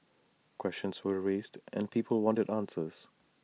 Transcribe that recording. questions were raised and people wanted answers